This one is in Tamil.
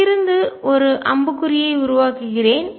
இங்கிருந்து ஒரு அம்புக்குறியை உருவாக்குகிறேன்